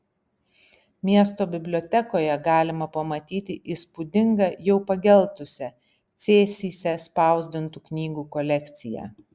miesto bibliotekoje galima pamatyti įspūdingą jau pageltusią cėsyse spausdintų knygų kolekciją